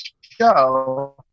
show